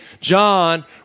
John